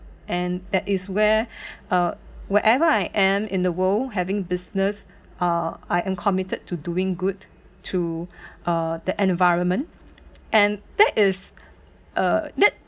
and that is where uh wherever I am in the world having business uh I am committed to doing good to uh the environment and that is uh that